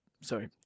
sorry